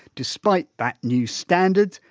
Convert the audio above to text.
despite that new standard,